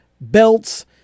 belts